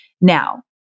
Now